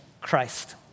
Christ